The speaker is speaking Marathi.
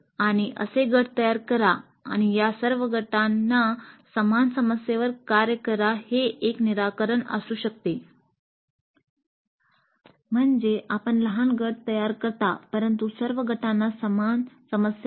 आणि "असे गट तयार करा आणि या सर्व गटांना समान समस्येवर कार्य करा" हे एक निराकरण असू शकते म्हणजे आपण लहान गट तयार करता परंतु सर्व गटांना समान समस्या द्या